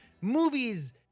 movies